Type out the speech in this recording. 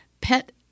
pet